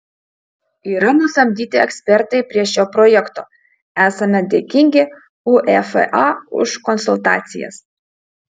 yra nusamdyti ekspertai prie šio projekto esame dėkingi uefa už konsultacijas